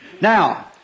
Now